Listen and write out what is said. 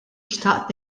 xtaqt